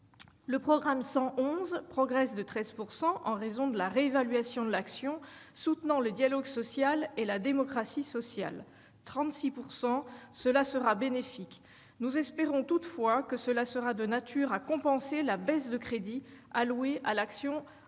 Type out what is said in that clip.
Le programme 111 progresse de 13 % en raison de la réévaluation de 36 % de l'action Dialogue social et démocratie sociale. Cela sera bénéfique. Nous espérons toutefois que ce sera de nature à compenser la baisse de 18 % des crédits alloués à l'action Qualité